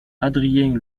adrien